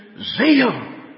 zeal